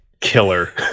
killer